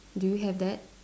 do you have that